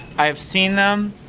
i've seen them.